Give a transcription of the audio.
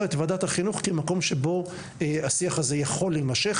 את ועדת החינוך כמקום שבו השיח הזה יכול להימשך.